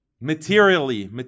materially